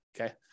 Okay